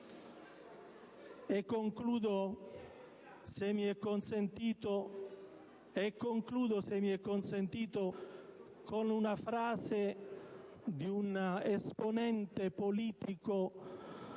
Concludo - se mi è consentito - con la frase di un esponente politico